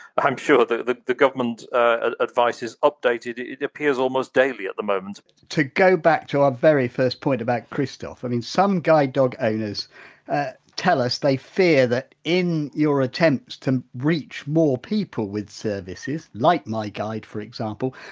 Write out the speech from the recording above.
i'm sure the the government ah advice is updated, it appears almost daily at the moment to go back to our very first point about christophe, i mean some guide dog owners tell us they fear that in your attempts to reach people with services, like my guide for example,